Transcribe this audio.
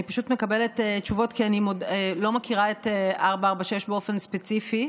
אני פשוט מקבלת תשובות כי אני לא מכירה את 446 באופן ספציפי.